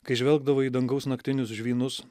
kai žvelgdavai į dangaus naktinius žvynus